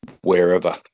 wherever